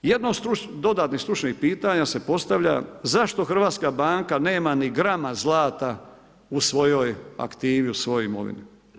Jedno od dodatnih stručnih pitanja se postavlja zašto Hrvatska banka nema ni grama zlata u svojoj aktivi, u svojim ovim?